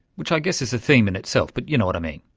which i guess is a theme in itself, but you know what i mean.